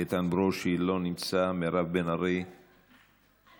איתן ברושי, לא נמצא, מירב בן ארי, אני מוותרת.